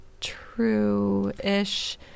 true-ish